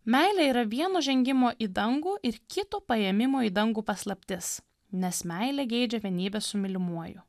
meilė yra vieno žengimo į dangų ir kito paėmimo į dangų paslaptis nes meilė geidžia vienybės su mylimuoju